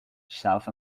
south